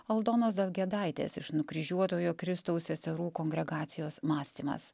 aldonos dalgėdaitės iš nukryžiuotojo kristaus seserų kongregacijos mąstymas